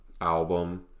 album